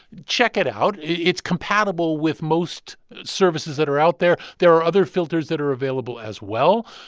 check it out. it's compatible with most services that are out there there are other filters that are available as well.